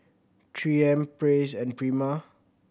Three M Praise and Prima